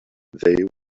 they